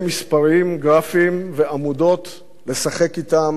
גרפים ועמודות לשחק אתם ובהם.